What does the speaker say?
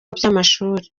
by’amashuri